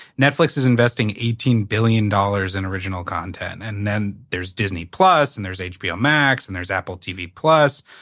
netflix is investing eighteen billion dollars in original content, and then there's disney plus and there's hbo max and there's apple tv plus.